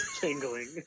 tingling